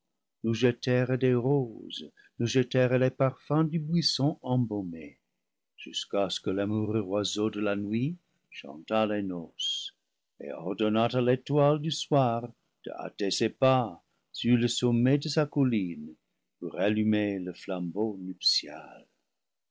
nous jetèrent des roses nous jetèrent les parfums du buisson embaumé jusqu'à ce que l'amoureux oiseau de la nuit chantât les noces et ordonnât à l'étoile du soir de hâter ses pas sur le sommet de sa colline pour allumer le flambeau nuptial